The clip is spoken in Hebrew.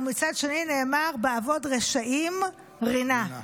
ומצד שני נאמר "ובאֲבֹד רשעים רִנה".